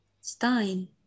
Stein